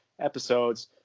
episodes